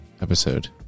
episode